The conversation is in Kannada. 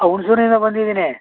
ಹಾಂ ಹುಣಸೂರಿನಿಂದ ಬಂದಿದ್ದೀನಿ